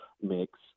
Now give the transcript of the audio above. mix